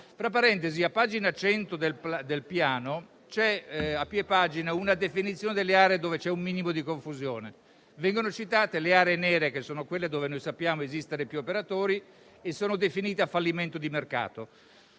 Tra parentesi a pagina 100 del Piano, a piè pagina vi è una definizione delle aree e si fa dove c'è un minimo di confusione. Vengono citate le aree nere, che sono quelle dove noi sappiamo esistere più operatori, e sono definite a fallimento di mercato.